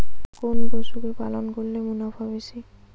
কোন পশু কে পালন করলে মুনাফা বেশি?